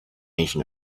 asian